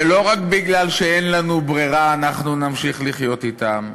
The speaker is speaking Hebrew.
ולא רק מפני שאין לנו ברירה אנחנו נמשיך לחיות אתם,